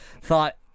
thought